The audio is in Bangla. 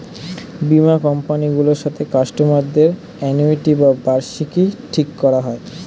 বীমা কোম্পানি গুলোর সাথে কাস্টমার দের অ্যানুইটি বা বার্ষিকী ঠিক করা হয়